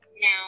Now